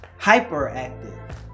hyperactive